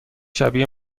شبیه